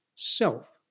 Self